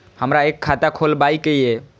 हमरा एक खाता खोलाबई के ये?